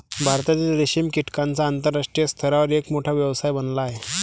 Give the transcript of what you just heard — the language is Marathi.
भारतातील रेशीम कीटकांचा आंतरराष्ट्रीय स्तरावर एक मोठा व्यवसाय बनला आहे